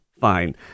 fine